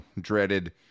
dreaded